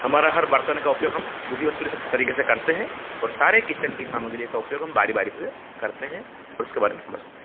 हमारा हर बर्तन का उपयोग हम विधिवत तरीके से करते हैं और सारे किचन की सामग्रियों का उपयोग हम बारी बारी से करते हैं और उसके बारे में समझते हैं